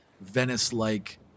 Venice-like